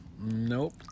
Nope